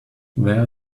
there